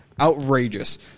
outrageous